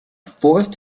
forced